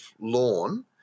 lawn